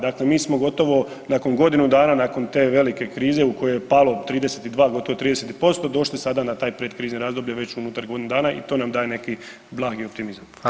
Dakle, mi smo gotovo nakon godinu dana, nakon te velike krize u kojoj je palo 32 gotovo 30% došli sada na to pred krizno razdoblje već unutar godinu dana i to nam daje neki blagi optimizam.